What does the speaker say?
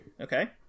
Okay